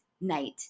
night